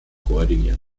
koordiniert